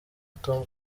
tom